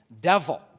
devil